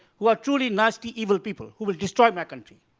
who are truly nasty, evil people who will destroy my country.